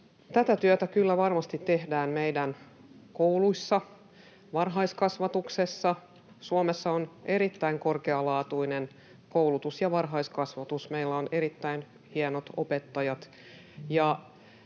Tätä työtä kyllä varmasti tehdään meidän kouluissa, varhaiskasvatuksessa. Suomessa on erittäin korkealaatuinen koulutus ja varhaiskasvatus. Meillä on erittäin hienot opettajat.